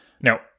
Now